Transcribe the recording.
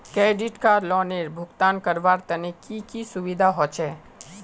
Credit card लोनेर भुगतान करवार तने की की सुविधा होचे??